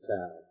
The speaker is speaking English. town